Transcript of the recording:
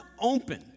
open